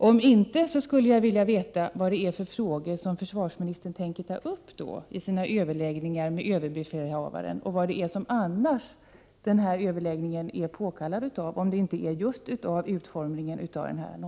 Om inte, skulle jag vilja veta vad det är för frågor som försvarsministern då tänker ta upp i sina överläggningar med överbefälhavaren och vad de annars är föranledda av.